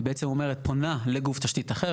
היא בעצם פונה לגוף תשתית אחר,